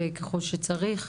ככול שצריך,